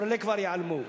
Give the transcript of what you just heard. כל אלה כבר ייעלמו.